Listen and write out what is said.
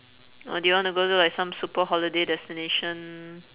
or do you want to go to like some super holiday destination